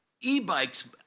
e-bikes